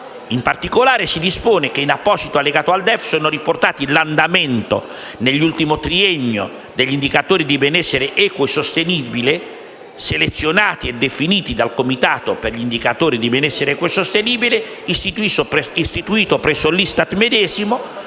In particolare si dispone che, in apposito allegato al DEF, siano riportati l'andamento, nell'ultimo triennio, degli indicatori di benessere equo e sostenibile, selezionati e definiti dal Comitato per gli indicatori di benessere equo e sostenibile, istituito presso l'ISTAT medesimo,